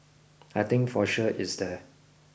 I think for sure it's there